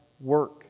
work